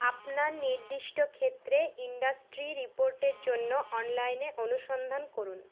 আপনার নির্দিষ্ট ক্ষেত্রে ইন্ডাস্ট্রি রিপোর্টের জন্য অনলাইনে অনুসন্ধান করুন